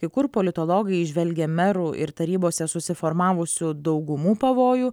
kai kur politologai įžvelgia merų ir tarybose susiformavusių daugumų pavojų